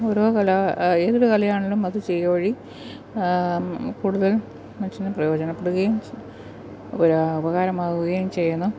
ഓരോ കല ആ ഏതൊരു കലയാണെങ്കിലും അത് ചെയ്യുക വഴി കൂടുതൽ മനുഷ്യന് പ്രയോജനപ്പെടുകയും ഉപരാ ഉപകാരമാവുകയും ചെയ്യുന്നു